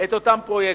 את אותם פרויקטים,